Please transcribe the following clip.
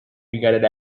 regarded